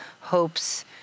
Hope's